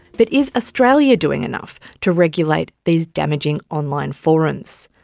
but is australia doing enough to regulate these damaging online forums?